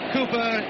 Cooper